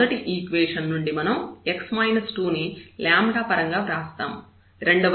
ఈ మొదటి ఈక్వేషన్ నుండి మనం x 2 ని పరంగా వ్రాస్తాము